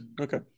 okay